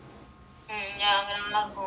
mm ya lor cold weather